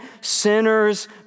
sinners